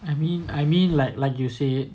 I mean I mean like like you say